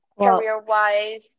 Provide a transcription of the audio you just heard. career-wise